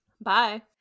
Bye